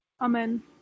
Amen